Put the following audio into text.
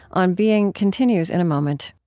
on being continues in a moment